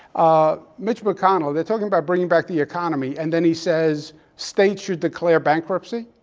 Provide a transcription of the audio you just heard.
ah mitch mcconnell they're talking about bringing back the economy, and then he says states should declare bankruptcy.